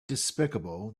despicable